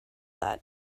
that